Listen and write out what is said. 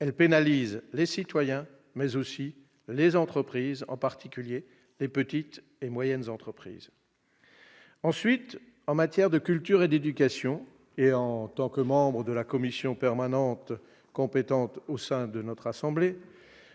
qui pénalisent les citoyens, mais aussi les autres entreprises, en particulier les petites et moyennes entreprises. Ensuite, en matière de culture et d'éducation, et en tant que membre de la commission permanente compétente au sein de notre assemblée,